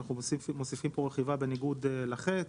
אנחנו מוסיפים פה: רכיבה בניגוד לחץ,